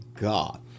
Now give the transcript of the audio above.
God